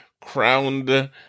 crowned